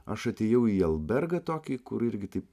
aš atėjau į albergą tokį kur irgi taip